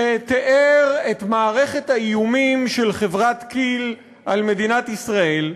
שתיאר את מערכת האיומים של חברת כי"ל על מדינת ישראל,